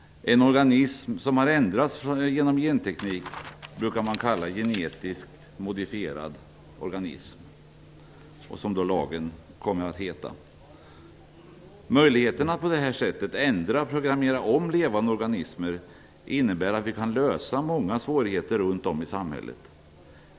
En organism som har ändrats genom genteknik brukar kallas genetiskt modifierad organism. Möjligheten att på det här sättet ändra och programmera om levande organismer innebär att vi kan lösa många svårigheter runt om i samhället.